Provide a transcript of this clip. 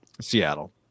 Seattle